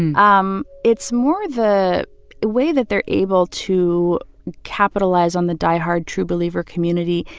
and um it's more the way that they're able to capitalize on the diehard, true-believer community,